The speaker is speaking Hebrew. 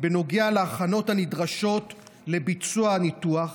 בנוגע להכנות הנדרשות לביצוע הניתוח,